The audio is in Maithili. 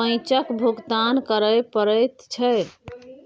पैंचक भुगतान करय पड़ैत छै